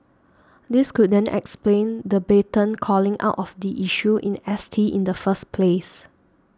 this could then explain the blatant calling out of the issue in S T in the first place